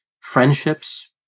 Friendships